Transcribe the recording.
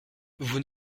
vous